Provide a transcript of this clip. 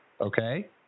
Okay